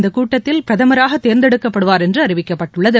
இந்தக் கூட்டத்தில் பிரதமராக தேர்ந்தெடுக்கப்படுவார் என்று அறிவிக்கப்பட்டுள்ளது